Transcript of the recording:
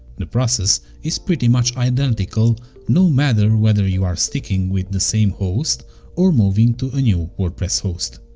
the process is pretty much identical no matter whether you're sticking with the same host or moving to a new wordpress host.